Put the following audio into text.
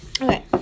Okay